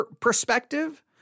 perspective